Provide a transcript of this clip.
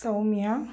Soumya